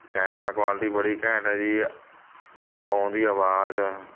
camera quality ਬੜੀ ਘੈਂਟ ਹੈ ਜੀ ਫ਼ੋਨ ਦੀ ਆਵਾਜ਼